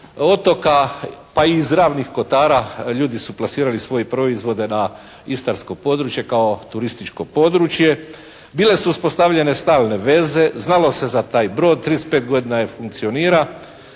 otoka pa i iz Ravnih kotara ljudi su plasirali svoje proizvode na istarsko područje kao turističko područje. Bile su uspostavljene stalne veze, znalo se za taj brod, 35 godina funkcionira.